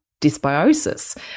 dysbiosis